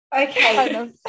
Okay